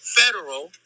federal